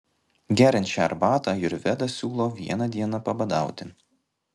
geriant šią arbatą ajurvedą siūlo vieną dieną pabadauti